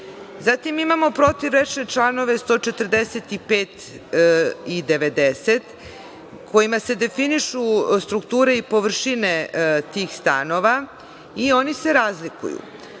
Zatim, imamo protivrečne članove 145. i 90. kojima se definišu strukture i površine tih stanova i oni se razlikuju.